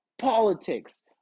politics